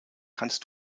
kannst